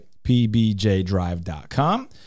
pbjdrive.com